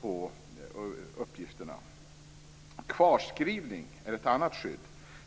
på uppgifter. Kvarskrivning är ett annat skydd.